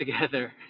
together